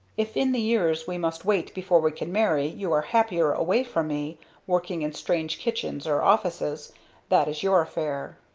if in the years we must wait before we can marry, you are happier away from me working in strange kitchens or offices that is your affair.